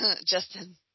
Justin